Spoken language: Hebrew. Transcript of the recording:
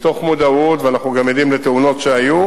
מתוך מודעות, ואנחנו גם עדים לתאונות שהיו.